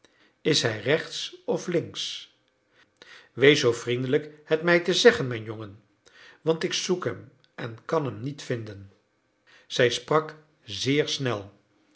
is hij rechts of links wees zoo vriendelijk het mij te zeggen mijn jongen want ik zoek hem en kan hem niet vinden zij sprak zeer snel